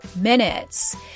minutes